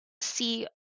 see